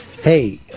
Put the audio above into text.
hey